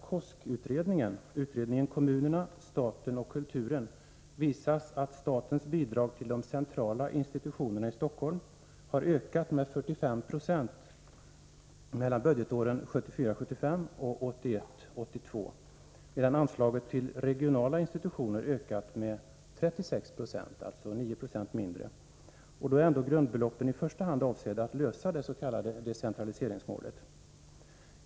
KOSK-utredningen —- kommunerna, staten och kulturen — visas att statens bidrag till de centrala institutionerna i Stockholm har ökat med 45 96 mellan budgetåren 1974 82, medan anslaget till regionala institutioner har ökat med 36 22, alltså 9 20 mindre. Då är ändå grundbeloppen i första hand avsedda att klara det s.k. decentraliseringsmålet.